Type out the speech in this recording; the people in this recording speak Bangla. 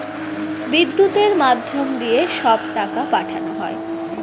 বিদ্যুতের মাধ্যম দিয়ে সব টাকা পাঠানো হয়